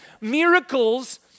miracles